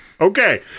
Okay